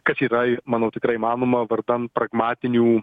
kas yra manau tikrai įmanoma vardan pragmatinių